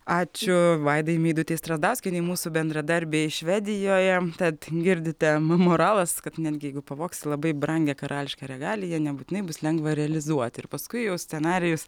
ačiū vaidai meidutei strazdauskienei mūsų bendradarbei švedijoje tad girdite moralas kad netgi jeigu pavogsi labai brangią karališką regaliją nebūtinai bus lengva realizuoti ir paskui jau scenarijus